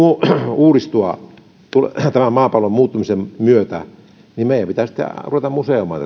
uudistua maapallon muuttumisen myötä niin meidän pitää sitten ruveta museoimaan